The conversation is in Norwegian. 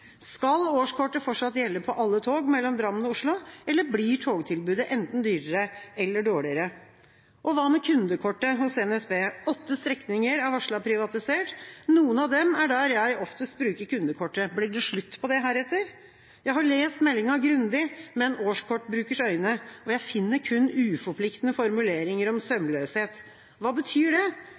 Skal årskortet fortsatt gjelde på alle tog mellom Drammen og Oslo, eller blir togtilbudet enten dyrere eller dårligere? Og hva med kundekortet hos NSB? Åtte strekninger er varslet privatisert. Noen av dem er der jeg oftest bruker kundekortet. Blir det slutt på det heretter? Jeg har lest meldinga grundig, med en årskortbrukers øyne, og jeg finner kun uforpliktende formuleringer om sømløshet. Hva betyr det?